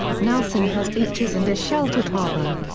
nelson has beaches and a sheltered harbour.